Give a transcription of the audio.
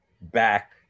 back